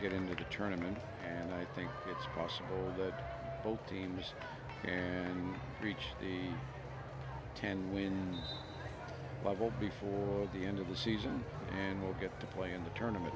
get into tournaments and i think it's possible that both teams can reach the ten wins level before the end of the season and will get to play in the tournament